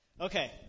Okay